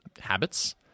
habits